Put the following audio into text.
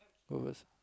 go first